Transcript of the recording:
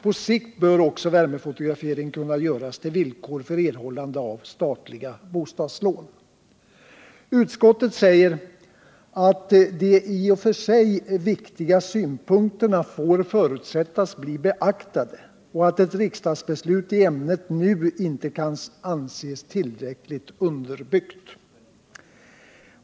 På sikt bör också värmefotografering göras till villkor för erhållande av statliga bostadslån. Utskottet säger att de i och för sig viktiga synpunkterna får förutsättas bli beaktade och att ett riksdagsbeslut i ämnet nu inte kan anses tillräckligt underbyggt.